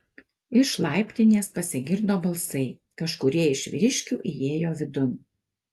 iš laiptinės pasigirdo balsai kažkurie iš vyriškių įėjo vidun